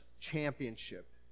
championship